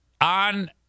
on